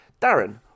Darren